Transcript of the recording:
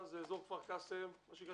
אזור כפר קאסם מה שנקרא,